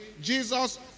Jesus